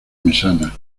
mesana